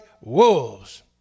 wolves